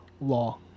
law